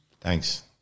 Thanks